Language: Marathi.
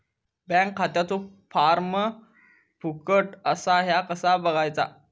बँक खात्याचो फार्म फुकट असा ह्या कसा बगायचा?